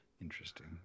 interesting